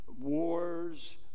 wars